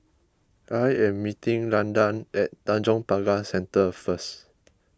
I am meeting Landan at Tanjong Pagar Centre first